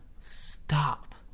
Stop